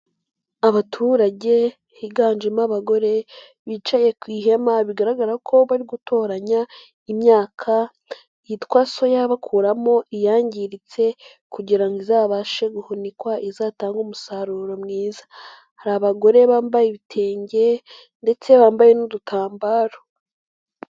Abaturage higanjemo abagore bicaye ku ihema bigaragara ko bari gutoranya imyaka yitwa soya bakuramo iyangiritse kugira ngo izabashe guhunikwa izatange umusaruro mwiza, hari abagore bambaye ibitenge ndetse bambaye n'udutambaro.